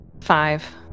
five